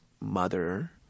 mother